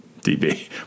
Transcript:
DB